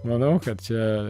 manau kad čia